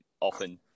often